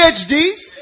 PhDs